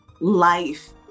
Life